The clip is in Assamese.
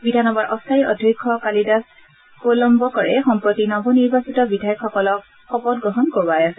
বিধানসভাৰ অস্থায়ী অধ্যক্ষ কালিদাস কোলম্বকৰে সম্প্ৰতি নৱ নিৰ্বাচিত বিধায়কসকলক শপত গ্ৰহণ কৰোৱায় আছে